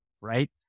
right